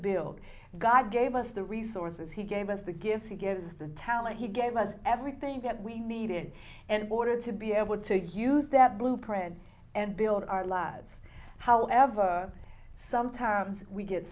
build god gave us the resources he gave us the gifts he gives the talent he gave us everything that we needed and order to be able to use that blueprint and build our lives however sometimes we get